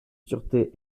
sûreté